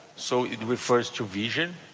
so it refers to vision.